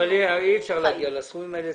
אי אפשר להגיע לסכומים האלה.